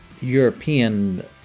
European